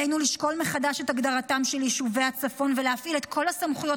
עלינו לשקול מחדש את הגדרתם של יישובי הצפון ולהפעיל את כל הסמכויות